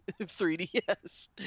3DS